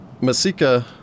Masika